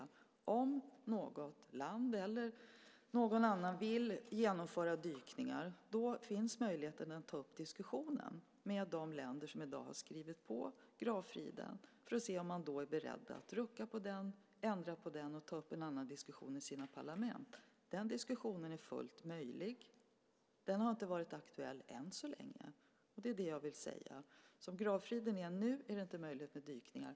Men om något land eller någon annan vill genomföra dykningar finns möjligheten att ta upp den diskussionen med de länder som i dag har skrivit på vad gäller gravfriden för att se om man är beredd att rucka på den, ändra på den och ta upp en annan diskussion i sina parlament. Den diskussionen är fullt möjlig. Den har än så länge inte varit aktuell. Det är vad jag vill säga. Som gravfriden är nu är det alltså inte möjligt med dykningar.